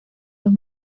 los